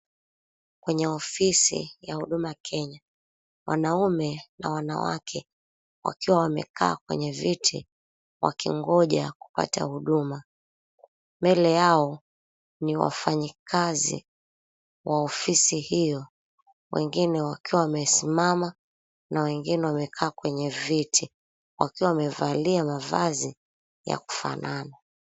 Kwenye ofisi ya huduma kenya, wanaume na wanawake wakiwa wamekaa kwenye viti wakingoja kupata huduma, mbele yao ni wafanyikazi wa ofisi hiyo wengine wakiwa wamesimma na wengine wamekaa kwenye viti wakiwa wamevalia mavazi ya kufanana.